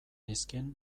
nizkien